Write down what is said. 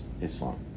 Islam